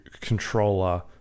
controller